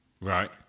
Right